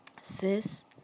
sis